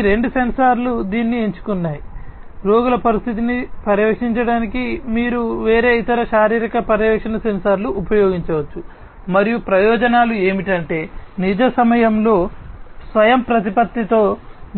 ఈ రెండు సెన్సార్లు దీన్ని ఎంచుకున్నాయి రోగుల పరిస్థితిని పర్యవేక్షించడానికి మీరు వేరే ఇతర శారీరక పర్యవేక్షణ సెన్సార్లను ఉపయోగించవచ్చు మరియు ప్రయోజనాలు ఏమిటంటే నిజ సమయంలో స్వయంప్రతిపత్తితో